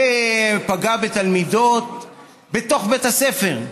והוא פגע בתלמידות בתוך בית הספר,